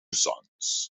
sons